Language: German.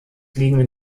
liegenden